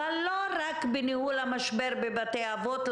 אבל לא רק בניהול המשבר בבתי אבות,